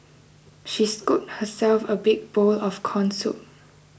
she scooped herself a big bowl of Corn Soup